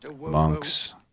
monks